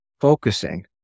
focusing